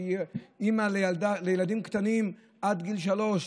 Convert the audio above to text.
שהיא אימא לילדים קטנים עד גיל שלוש,